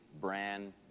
brand